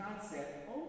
concept